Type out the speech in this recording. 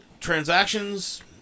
transactions